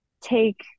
take